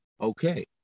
okay